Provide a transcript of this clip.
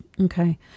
Okay